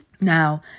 Now